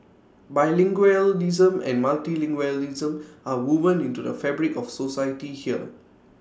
bilingualism and Multilingualism are woven into the fabric of society here